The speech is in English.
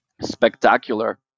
spectacular